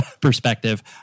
perspective